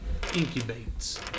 incubates